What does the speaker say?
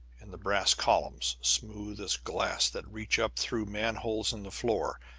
in the brass columns, smooth as glass, that reach up through manholes in the floor,